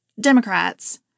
Democrats